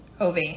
ov